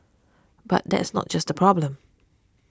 but that's not just the problem